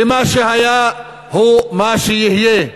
ומה שהיה הוא מה שיהיה.